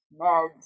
meds